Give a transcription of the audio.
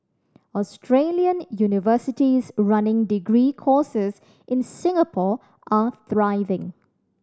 Australian universities running degree courses in Singapore are thriving